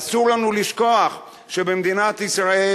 אסור לנו לשכוח שבמדינת ישראל